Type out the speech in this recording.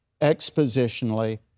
expositionally